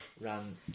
ran